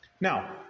Now